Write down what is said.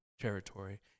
territory